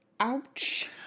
Ouch